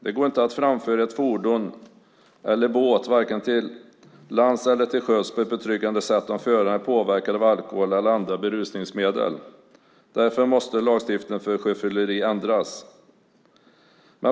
Det går inte att framföra ett fordon vare sig till lands eller till sjöss på ett betryggande sätt om föraren är påverkad av alkohol eller andra berusningsmedel. Därför måste lagstiftningen för sjöfylleri ändras.